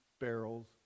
barrels